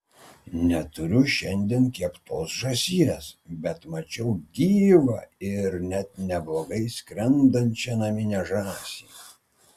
neturiu šiandien keptos žąsies bet mačiau gyvą ir net neblogai skrendančią naminę žąsį